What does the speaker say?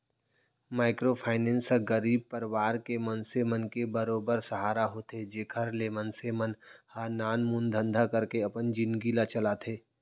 micro finance ह गरीब परवार के मनसे मन के बरोबर सहारा होथे जेखर ले मनसे मन ह नानमुन धंधा करके अपन जिनगी ल चलाथे